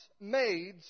maids